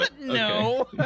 No